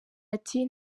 ati